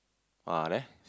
ah there